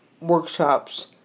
workshops